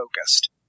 focused